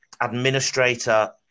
administrator